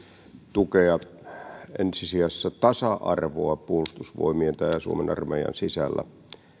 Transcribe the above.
tukea tasa arvoa ensi sijassa puolustusvoimien tai suomen armeijan sisällä